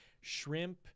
shrimp